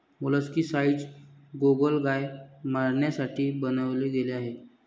molluscicides गोगलगाय मारण्यासाठी बनवले गेले आहे